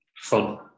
Fun